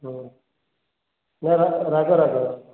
ନା ରାଗ ରାଗ